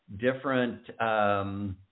different